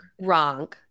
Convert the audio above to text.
wrong